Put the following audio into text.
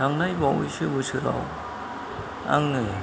थांनाय बावैसो बोसोराव आङो